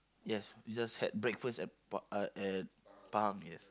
yes we just had breakfast at pa~ uh at Palm yes